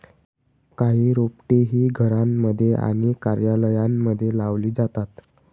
काही रोपटे ही घरांमध्ये आणि कार्यालयांमध्ये लावली जातात